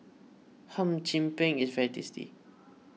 Hum Chim Peng is very tasty